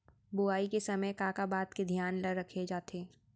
बुआई के समय का का बात के धियान ल रखे जाथे?